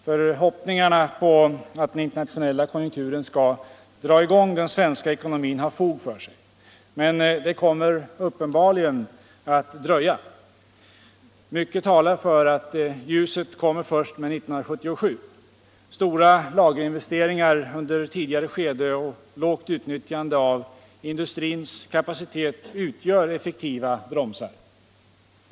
Förhoppningarna om att den internationella konjunkturen skall dra i gång den svenska ekonomin har fog för sig, men det kommer uppenbarligen att dröja. Mycket talar för att ljuset kommer först med år 1977. Stora lagerinvesteringar under tidigare skede och lågt utnyttjande av industrins kapacitet utgör effektiva bromsar.